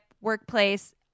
workplace